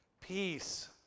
Peace